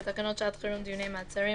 בתקנות שעת חירום (דיוני מעצרים),